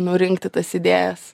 nurinkti tas idėjas